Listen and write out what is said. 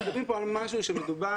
אנחנו מדברים כאן על משהו כאשר מדובר